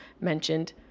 Mentioned